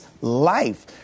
life